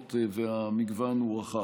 הדוגמאות והמגוון הם רחבים.